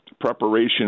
preparation